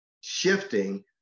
Shifting